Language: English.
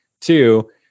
Two